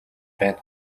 байна